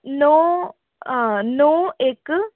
नौ नौ इक